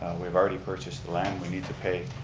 we've already purchased the land. we need to pay,